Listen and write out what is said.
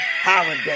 holiday